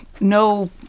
no